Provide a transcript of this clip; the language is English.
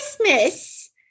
Christmas